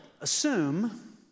assume